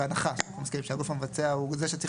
בהנחה שאנחנו מסכימים שהגוף המבצע הוא זה שצריך